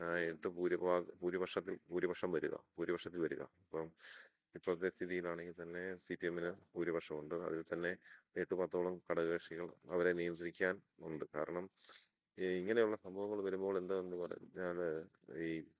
ആയിട്ട് ഭൂരിപക്ഷത്തിൽ ഭൂരിപക്ഷം വരിക ഭൂരിപക്ഷത്തിൽ വരിക ഇപ്പം ഇപ്പോഴത്തെ സ്ഥിതിയിൽ ആണെങ്കിൽ തന്നെ സിപിഎമ്മിന് ഭൂരിപക്ഷം ഉണ്ട് അതിൽ തന്നെ ഏട്ടു പത്തോളം ഘടക കക്ഷികൾ അവരെ നിയന്ത്രിക്കാൻ ഉണ്ട് കാരണം ഇങ്ങനെയുള്ള സംഭവങ്ങൾ വരുമ്പോൾ എന്താണെന്ന് പറഞ്ഞാൽ ഈ